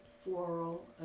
Floral